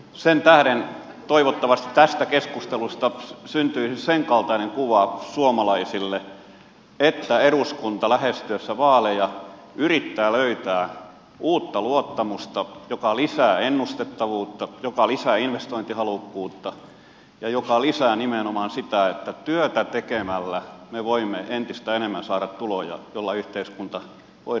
sen tähden toivottavasti tästä keskustelusta syntyisi senkaltainen kuva suomalaisille että eduskunta lähestyessään vaaleja yrittää löytää uutta luottamusta joka lisää ennustettavuutta joka lisää investointihalukkuutta ja joka lisää nimenomaan sitä että työtä tekemälle me voimme entistä enemmän saada tuloja joilla yhteiskunta voidaan pelastaa